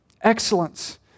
Excellence